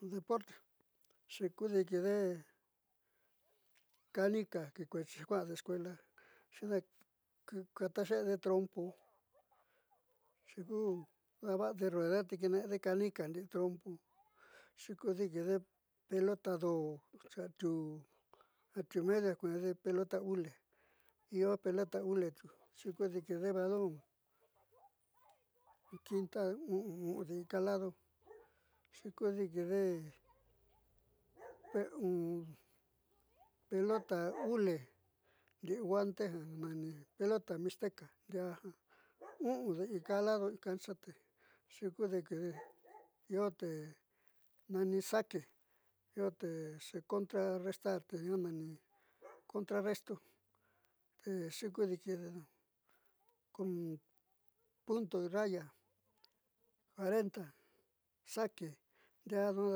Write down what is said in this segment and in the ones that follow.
Deporte xiikudiikide canica kuaade escuela xiikaatadeede trompo xiiku daava'ade rueda te kiine'ede canica ndi'i trompo xiikuudikide pelota do'o xi atiuu atiuu meediu ja kueende pelota hule io pelota hule tiuku xiikudi'ikide balon quinta u'un u'un deinkaa lado xiikudiikide pelota hule ndi'i guante ja nani pelota mixteca ndiaa jiaa u'unde in ka lado inka zote xiikudikide inte nani saque iate xecontrarrestar te nuaa nani contraresta te xiikudi kide con punto y raya adentro saque ndiaa nduaa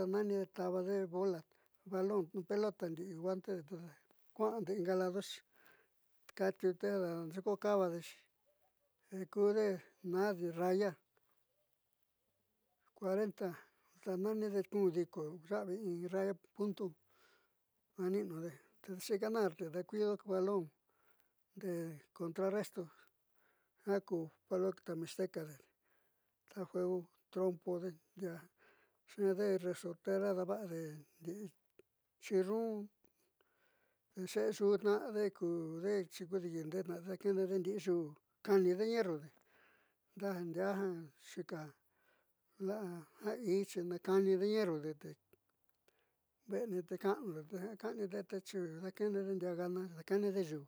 danani tavade bola balon pelota ndii guantede kua'ade inga ladoxi kaatiude te daaniiokadexi kude naande yaya 40 daana'anide kundiko yaavi in raya punto ni'inude exi ganarde te daakuido balón te contra resto jiaa ku pelota mixteca de te juego trompode ndiaa xiikaande resortera daava'ade ndii chiruun xeexuutna'ade kuude xiikuudiikitnaate daakeenede ndii yuú ka'anide ñeerrude diaa jiaa kuja ii xina kaanide ñerrude ta va'ani te ka'anude a ka'anide texi dakeenede ndiaa gana dakeenede yuu.